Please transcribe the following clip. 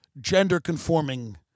gender-conforming